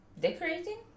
decorating